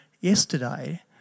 yesterday